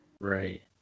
Right